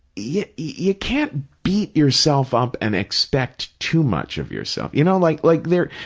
you, you can't beat yourself up and expect too much of yourself. you know, like, like there,